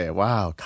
wow